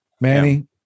Manny